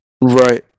right